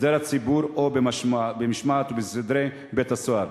בסדר הציבורי או במשמעת ובסדרי בית-הסוהר.